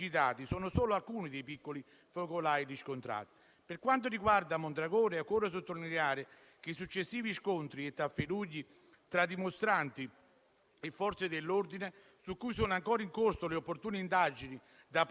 Il Paese, già in difficoltà, non avrebbe retto e sarebbe crollato. La strada intrapresa delle aperture progressive e graduali è stata quella giusta. Anche gli altri Paesi europei, colpiti come il nostro, hanno seguito questa strategia.